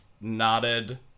nodded